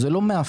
זה לא מאפיין.